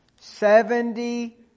Seventy